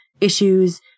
issues